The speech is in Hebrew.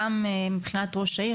גם מבחינת ראש העיר,